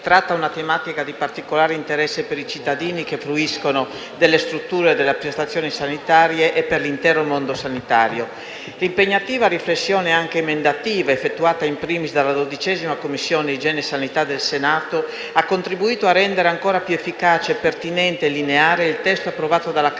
tratta una tematica di particolare interesse per i cittadini che fruiscono delle strutture e delle prestazioni sanitarie e per l'intero mondo sanitario. L'impegnativa riflessione, anche emendativa, effettuata in *primis* dalla 12a Commissione del Senato, ha contribuito a rendere ancora più efficace, pertinente e lineare il testo approvato dalla Camera